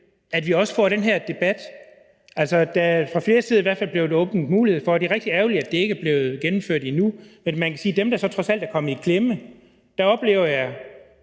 at vi også får den her debat. Der er i hvert fald fra flere sider blevet åbnet mulighed for det, og det er rigtig ærgerligt, at det ikke er blevet gennemført endnu, men man kan sige, at vedrørende dem, der trods alt er kommet i klemme, oplever jeg